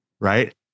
right